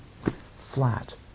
Flat